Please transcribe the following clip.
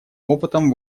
опытом